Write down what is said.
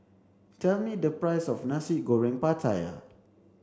tell me the price of Nasi Goreng Pattaya